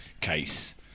case